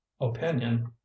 opinion